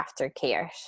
aftercare